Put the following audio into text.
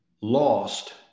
lost